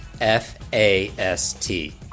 F-A-S-T